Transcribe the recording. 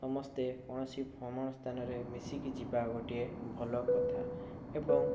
ସମସ୍ତେ କୌଣସି ଭ୍ରମଣ ସ୍ଥାନରେ ମିଶିକି ଯିବା ଗୋଟିଏ ଭଲ କଥା ଏବଂ